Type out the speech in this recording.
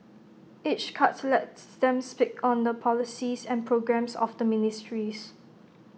each cut lets them speak on the policies and programmes of the ministries